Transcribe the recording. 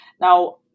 Now